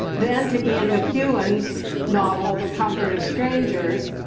then to ian mcewan's novel the comfort of strangers,